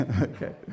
Okay